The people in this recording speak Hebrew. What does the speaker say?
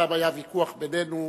פעם היה ויכוח בינינו,